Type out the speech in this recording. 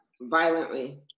Violently